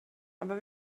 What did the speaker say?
aber